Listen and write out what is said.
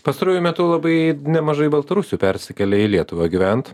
pastaruoju metu labai nemažai baltarusių persikelia į lietuvą gyvent